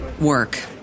work